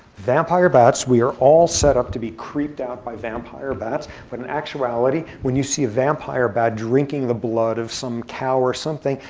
vampire bats, we are all set up to be creeped out by vampire bats. but in actuality, when you see a vampire bat drinking the blood of some cow or something,